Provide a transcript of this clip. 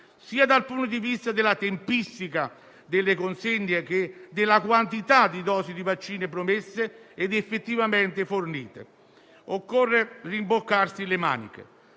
sia dal punto di vista della tempistica delle consegne che della quantità di dosi di vaccino promesse ed effettivamente fornite. Occorre rimboccarsi le maniche.